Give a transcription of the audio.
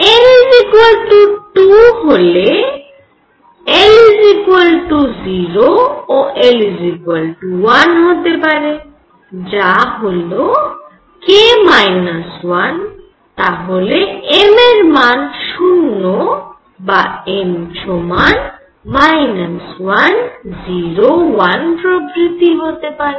n 2 হলে l 0 ও l 1 হতে পারে যা হল k - 1 তাহলে m এর মান 0 বা m সমান 1 0 1 প্রভৃতি হতে পারে